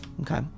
Okay